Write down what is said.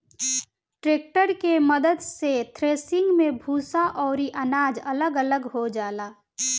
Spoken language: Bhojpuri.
ट्रेक्टर के मद्दत से थ्रेसिंग मे भूसा अउरी अनाज अलग अलग हो जाला